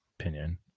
Opinion